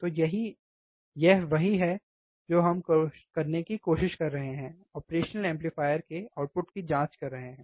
तो यही वह है जो हम करने की कोशिश कर रहे हैं ऑपरेशनल एम्पलीफायर के आउटपुट की जांच कर रहे हैं